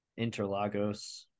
Interlagos